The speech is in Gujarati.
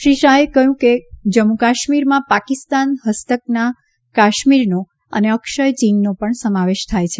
શ્રી શાહે કહ્યું કે જમ્મુકાશ્મીરમાં પાકિસ્તાન ફસ્તકના કાશ્મીરનો અને અક્ષય ચીનનો પણ સમાવેશ થાય છે